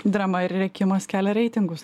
drama ir rėkimas kelia reitingus